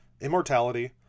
immortality